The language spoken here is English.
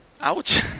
Ouch